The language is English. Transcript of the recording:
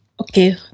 Okay